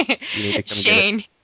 Shane